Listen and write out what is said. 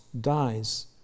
dies